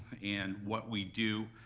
and what we do,